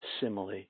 simile